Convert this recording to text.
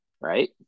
right